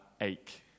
ache